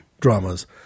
dramas